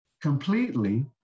completely